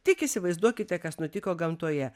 tik įsivaizduokite kas nutiko gamtoje